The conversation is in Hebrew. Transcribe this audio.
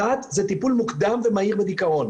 אחת זה טיפול מוקדם ומהיר בדיכאון.